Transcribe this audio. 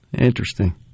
Interesting